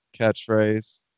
catchphrase